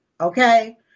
Okay